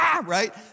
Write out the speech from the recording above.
right